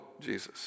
Jesus